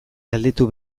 galdetu